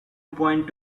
point